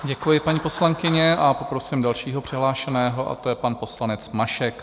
Děkuji, paní poslankyně, a poprosím dalšího přihlášeného a to je pan poslanec Mašek.